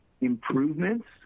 improvements